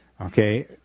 Okay